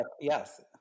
yes